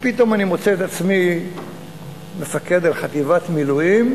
ופתאום אני מוצא את עצמי מפקד על חטיבת מילואים.